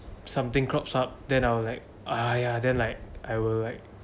something crops up then I'll like !aiya! then like I will like